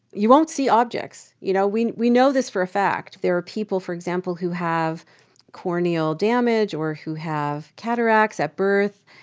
you won't see objects. you know, we we know this for a fact. there are people, for example, who have corneal damage or who have cataracts at birth.